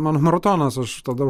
mano maratonas aš tada